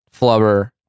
Flubber